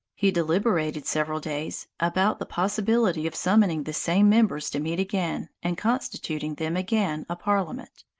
he deliberated several days about the possibility of summoning the same members to meet again, and constituting them again a parliament.